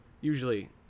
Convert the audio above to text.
Usually